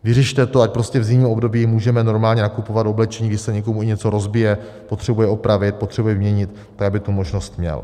Vyřešte to, ať prostě v zimním období můžeme normálně nakupovat oblečení, když se někomu něco rozbije, potřebuje opravit, potřebuje vyměnit, tak aby tu možnost měl.